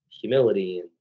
humility